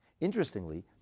Interestingly